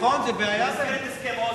שוחררו במסגרת הסכם אוסלו.